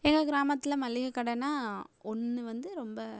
எங்கள் கிராமத்தில் மளிகைக்கடனா ஒன்று வந்து ரொம்ப